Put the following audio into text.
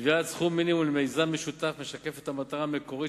קביעת סכום מינימום למיזם משותף משקפת את המטרה המקורית